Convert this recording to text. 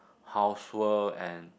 housework and